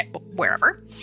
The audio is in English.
wherever